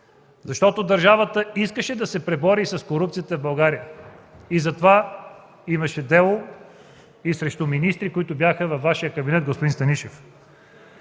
Защото държавата искаше да се пребори с корупцията в България. Затова имаше дело и срещу министри, които бяха във Вашия кабинет, господин Станишев.